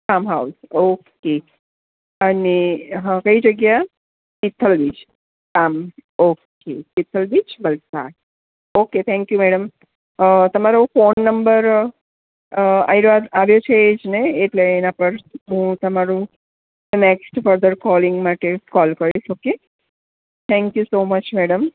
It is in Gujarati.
પામ હાઉસ ઓકે અને કઈ જગ્યા Tithal beach palm okay Tithal beach Valsad okay thank you madam તમારો ફોન નંબર આ આ રહ્યો આવ્યો છે એજ ને એટલે પર્સનું તમારું નેક્સ્ટ ફર્ધર કોલિંગ માટે કોલ કરીશ okay thank you so much madam